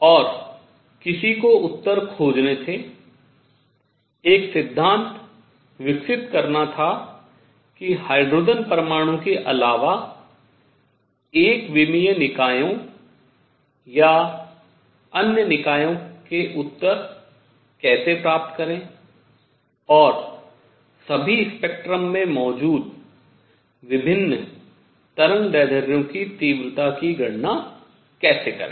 और किसी को उत्तर खोजने थे एक सिद्धांत विकसित करना था कि हाइड्रोजन परमाणु के अलावा एक विमीय निकायों या अन्य निकायों के उत्तर कैसे प्राप्त करें और सभी स्पेक्ट्रम में मौजूद विभिन्न तरंगदैर्ध्यों की तीव्रता की गणना कैसे करें